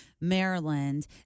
Maryland